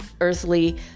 earthly